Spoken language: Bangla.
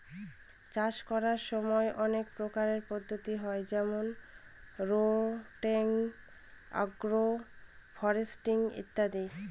চাষ করার সময় অনেক প্রকারের পদ্ধতি হয় যেমন রোটেটিং, আগ্র ফরেস্ট্রি ইত্যাদি